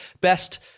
best